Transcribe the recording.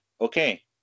okay